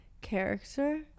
character